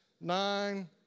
nine